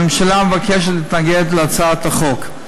הממשלה מבקשת להתנגד להצעת החוק.